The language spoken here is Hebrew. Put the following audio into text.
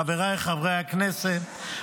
חבריי חברי הכנסת,